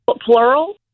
Plural